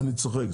אני צוחק.